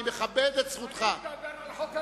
אני מכבד את זכותך.